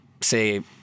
say